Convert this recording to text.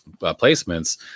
placements